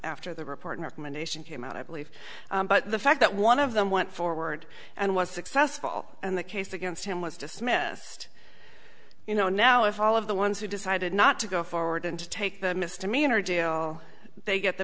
after the report recommendation came out i believe but the fact that one of them went forward and was successful and the case against him was dismissed you know now if all of the ones who decided not to go forward and take the misdemeanor deal they get the